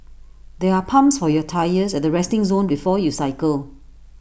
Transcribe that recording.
there are pumps for your tyres at the resting zone before you cycle